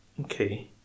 Okay